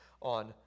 on